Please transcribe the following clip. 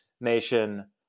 nation